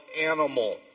animal